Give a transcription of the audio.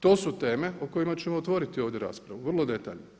To su teme o kojima ćemo otvoriti ovdje raspravu, vrlo detaljnu.